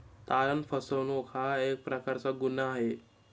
तारण फसवणूक हा एक प्रकारचा गुन्हा आहे